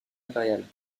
impériale